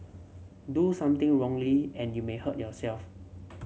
do something wrongly and you may hurt yourself